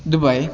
Dubai